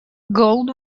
gold